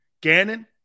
Gannon